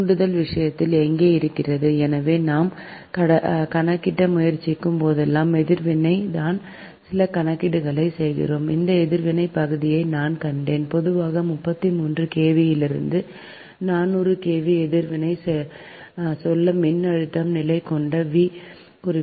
தூண்டல் விஷயத்தில் எங்கே இருக்கிறது எனவே நாம் கணக்கிட முயற்சிக்கும் போதெல்லாம் எதிர்வினை நான் சில கணக்கீடுகளைச் செய்கிறேன் அந்த எதிர்வினை பகுதியை நான் கண்டேன் பொதுவாக 33 KV இலிருந்து 400 KV எதிர்வினை சொல்ல மின்னழுத்த நிலை கொண்ட V 0